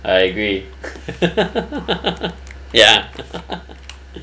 I agree ya